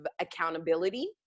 accountability